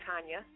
Tanya